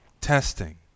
testing